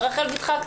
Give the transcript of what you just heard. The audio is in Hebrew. לא רופאים.